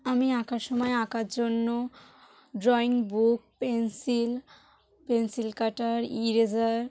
আমি আঁকার সময় আঁকার জন্য drawing book pencil pencil cutter eraser